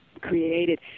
created